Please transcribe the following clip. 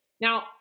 Now